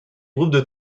groupes